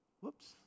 Whoops